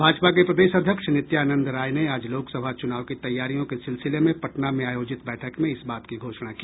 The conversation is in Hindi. भाजपा के प्रदेश अध्यक्ष नित्यानंद राय ने आज लोकसभा चुनाव की तैयारियों के सिलसिले में पटना में आयोजित बैठक में इस बात की घोषणा की